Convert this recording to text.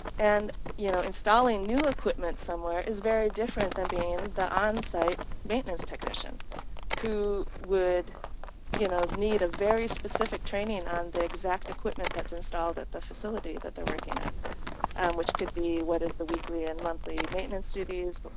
and you know installing new equipment somewhere is very different than being the on-site maintenance technician who would you know need a very specific training on the exact equipment that's installed in the facility that they're working at which could be what is the weekly and monthly maintenance to these, but